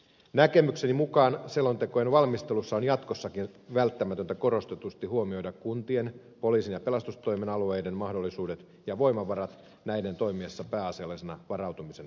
näkemykseni mukaan selontekojen valmistelussa on jatkossakin välttämätöntä korostetusti huomioida kuntien poliisin ja pelastustoimen alueiden mahdollisuudet ja voimavarat näiden toimiessa pääasiallisina varautumisen toteuttajina